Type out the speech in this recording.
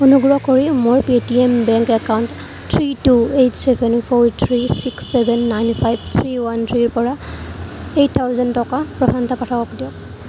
অনুগ্ৰহ কৰি মোৰ Paytm bank account three two eight seven four three six seven nine five three one থ্ৰিৰ পৰা এইট থাউজেণ্ড টকা প্ৰশান্ত পাঠকক দিয়ক